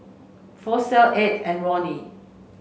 Flossie Ed and Ronny